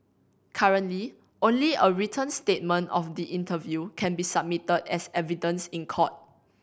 currently only a written statement of the interview can be submitted as evidence in court